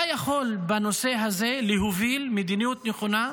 אתה יכול בנושא הזה להוביל מדיניות נכונה,